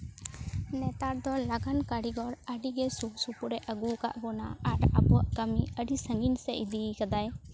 ᱱᱮᱛᱟᱨ ᱫᱚ ᱞᱟᱜᱟᱱ ᱠᱟᱹᱨᱤᱜᱚᱨ ᱟᱹᱰᱤᱜᱮ ᱥᱩᱨ ᱥᱩᱯᱩᱨᱮ ᱟᱹᱜᱩᱣᱟᱠᱟᱫ ᱵᱚᱱᱟ ᱟᱨ ᱟᱵᱚᱣᱟᱜ ᱠᱟᱹᱢᱤ ᱟᱹᱰᱤ ᱥᱟᱺᱜᱤᱧ ᱥᱮᱫ ᱤᱫᱤᱭ ᱠᱟᱫᱟᱭ